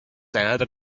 another